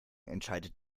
entscheidet